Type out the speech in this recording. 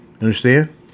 Understand